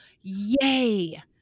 Yay